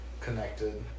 connected